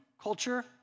culture